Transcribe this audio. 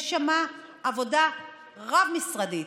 יש שם עבודה רב-משרדית,